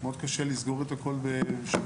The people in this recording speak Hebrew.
מאוד קשה לסגור את הכול בשבוע.